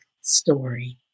story